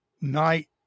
night